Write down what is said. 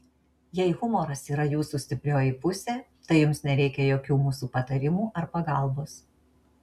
jei humoras yra jūsų stiprioji pusė tai jums nereikia jokių mūsų patarimų ar pagalbos